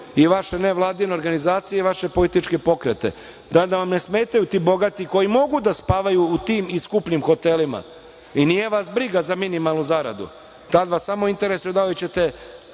i vaše nevladine organizacije i vaše političke pokrete. Tada vam ne smetaju ti bogati koji mogu da spavaju u tim i skupljim hotelima i nije vas briga za minimalnu zaradu. Tada vas samo interesuje da li ćete